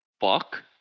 fuck